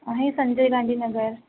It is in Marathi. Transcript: आहे संजय गांधीनगर